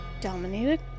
Dominated